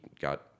got